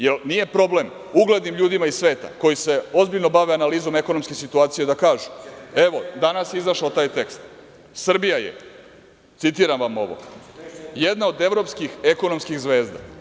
Jel nije problem uglednim ljudima iz sveta koji se ozbiljno bave analizom ekonomske situacije da kažu, evo, danas je izašao taj tekst i Srbija je, citiram vam ovo – jedan od evropskih ekonomskih zvezda.